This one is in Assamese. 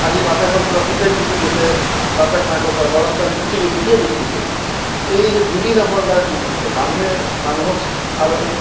আজি বাপেকৰ পৰা পুতেক গুচি গৈছে বাপেক মাকৰ পৰা ল'ৰা ছোৱালী গুচি গৈছে কিয় গুচি গৈছে এই যে বুজি নোপোৱাৰ কাৰণে গুচি গৈছে মানুহে মানুহক আৰু